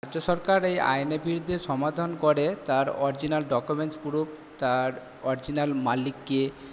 রাজ্য সরকার এই আইনের বিরুদ্ধে সমাধান করে তার অরজিনাল ডকুমেন্টস পুরুফ তার অরজিনাল মালিক কে